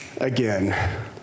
again